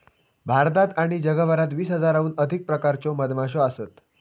भारतात आणि जगभरात वीस हजाराहून अधिक प्रकारच्यो मधमाश्यो असत